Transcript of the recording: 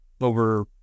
over